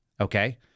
Okay